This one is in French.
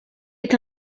est